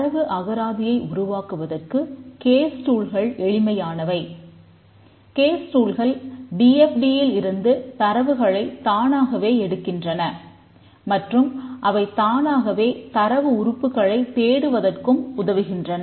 தரவு அகராதியை உருவாக்குவதற்கு கேஸ் டூல்கள் ல் இருந்து தரவுகளை தானாகவே எடுக்கின்றன மற்றும் அவை தானாகவே தரவு உறுப்புக்களை தேடுவதற்கும் உதவுகின்றன